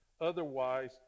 Otherwise